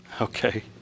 Okay